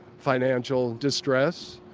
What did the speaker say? financial distress.